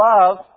love